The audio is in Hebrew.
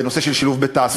בנושא של שילוב בתעסוקה,